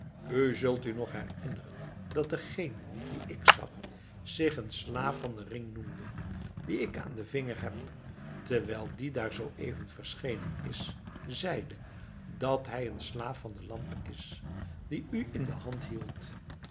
u zult u nog herinneren dat degene dien ik zag zich een slaaf van den ring noemde dien ik aan den vinger heb terwijl die daar zooeven verschenen is zeide dat hij een slaaf van de lamp is die u in de hand hield